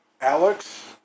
Alex